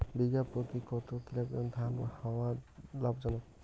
বিঘা প্রতি কতো কিলোগ্রাম ধান হওয়া লাভজনক?